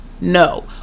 No